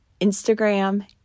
Instagram